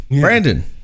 Brandon